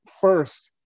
first